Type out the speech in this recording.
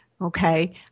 Okay